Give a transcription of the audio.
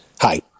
hi